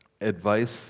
advice